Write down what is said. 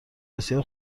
بسیار